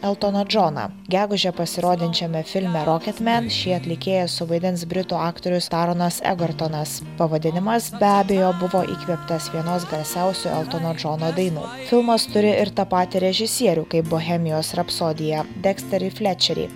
eltoną džoną gegužę pasirodysiančiame filme roket men šį atlikėją suvaidins britų aktorius taronas egartonas pavadinimas be abejo buvo įkvėptas vienos garsiausių eltono džono dainų filmas turi ir tą patį režisierių kaip bohemijos rapsodija deksterį flečerį